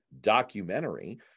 documentary